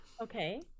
Okay